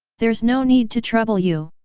there's no need to trouble you.